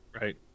Right